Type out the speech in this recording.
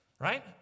Right